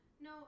no